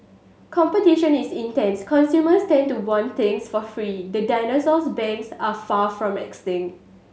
competition is intense consumers tend to want things for free the dinosaurs banks are far from extinct